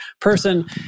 person